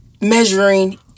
measuring